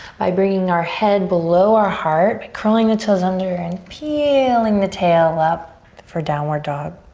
by bringing our head below our heart, but curling the toes under and peeling the tail up for downward dog.